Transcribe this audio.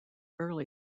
early